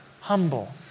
humble